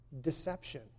deception